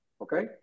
Okay